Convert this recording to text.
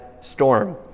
storm